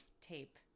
tape